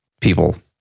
people